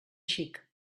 xic